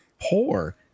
poor